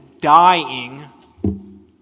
dying